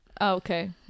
okay